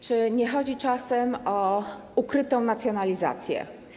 Czy nie chodzi czasem o ukrytą nacjonalizację?